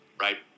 right